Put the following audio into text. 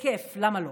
בכיף, למה לא?